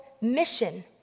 mission